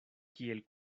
kiel